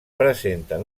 presenten